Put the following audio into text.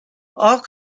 all